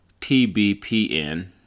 TBPN